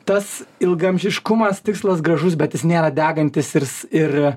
tas ilgaamžiškumas tikslas gražus bet jis nėra degantis irs ir